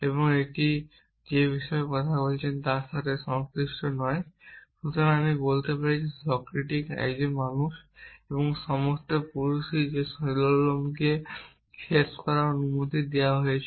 এবং এটি আপনি যে বিষয়ে কথা বলছেন তার সাথে এটি সংশ্লিষ্ট নয়। সুতরাং আমি বলতে পারি যে সক্রেটিস একজন মানুষ এবং সমস্ত পুরুষই নশ্বর যে সিলোজিজমকে শেষ করার অনুমতি দেওয়া হয়েছে